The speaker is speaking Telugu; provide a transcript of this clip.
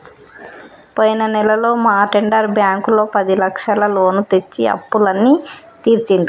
పోయిన నెలలో మా అటెండర్ బ్యాంకులో పదిలక్షల లోను తెచ్చి అప్పులన్నీ తీర్చిండు